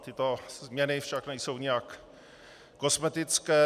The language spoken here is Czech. Tyto změny však nejsou nijak kosmetické.